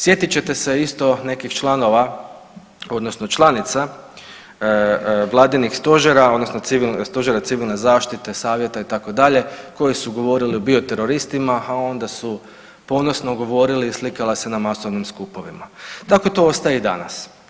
Sjetit ćete se isto nekih članova odnosno članica vladinih stožera odnosno Stožera civilne zaštite, savjeta itd. koji su govorili o bio teroristima, a onda su ponosno govorili i slikali se na masovnim skupovima, tako to ostaje i danas.